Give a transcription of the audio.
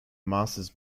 masters